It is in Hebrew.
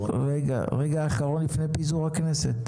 לפני פיזור הכנסת.